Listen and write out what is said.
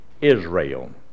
Israel